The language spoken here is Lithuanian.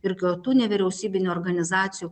ir kartu nevyriausybinių organizacijų